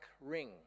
ring